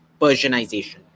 Persianization